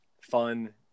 fun